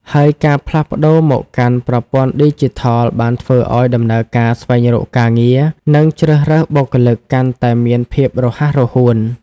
ហើយការផ្លាស់ប្ដូរមកកាន់ប្រព័ន្ធឌីជីថលបានធ្វើឲ្យដំណើរការស្វែងរកការងារ និងជ្រើសរើសបុគ្គលិកកាន់តែមានភាពរហ័សរហួន។